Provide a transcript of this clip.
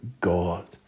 God